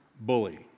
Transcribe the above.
bully